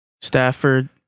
Stafford